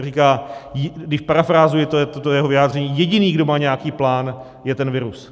Říká, když parafrázuji jeho vyjádření: Jediný, kdo má nějaký plán, je ten virus.